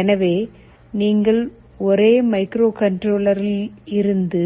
எனவே நீங்கள் ஒரே மைக்ரோகண்ட்ரோலரிலிருந்து